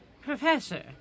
Professor